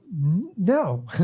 No